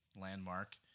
Landmark